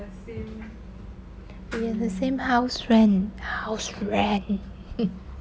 we are the same house friend house friend